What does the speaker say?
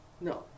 No